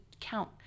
count